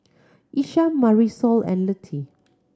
Isham Marisol and Lutie